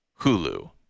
Hulu